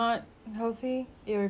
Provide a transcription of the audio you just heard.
I would say cause looks